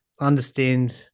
understand